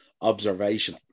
observation